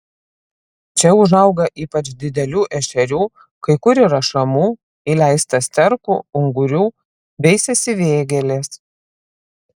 čia užauga ypač didelių ešerių kai kur yra šamų įleista sterkų ungurių veisiasi vėgėlės